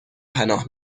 پناه